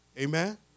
Amen